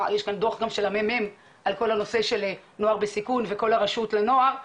יש כאן דו"ח גם של המ"מ על כל הנושא של נוער בסיכון וכל הרשות לנוער,